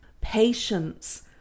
patience